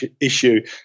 issue